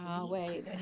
Wait